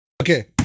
Okay